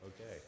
Okay